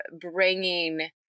bringing